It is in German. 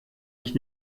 ich